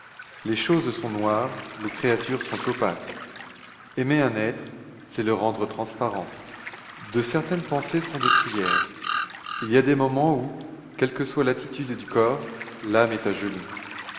les choses sont noires les créatures sont opaques aimer un être c'est le rendre transparent de certaines pensées sont des prières il y a des moments où quelle que soit l'attitude du corps l'âme est à genoux